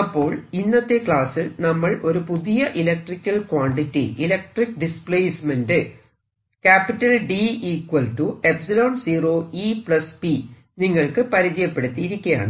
അപ്പോൾ ഇന്നത്തെ ക്ലാസ്സിൽ നമ്മൾ ഒരു പുതിയ ഇലക്ട്രിക്കൽ ക്വാണ്ടിറ്റി ഇലക്ട്രിക്ക് ഡിസ്പ്ലേസ്മെന്റ് നിങ്ങൾക്ക് പരിചയപ്പെടുത്തിയിരിക്കയാണ്